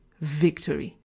victory